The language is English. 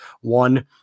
one